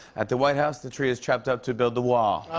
at the white house, the tree is chopped up to build the wall.